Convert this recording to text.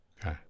Okay